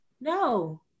No